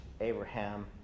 Abraham